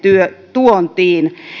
tuontiin